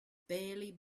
barely